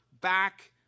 back